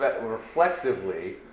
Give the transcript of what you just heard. reflexively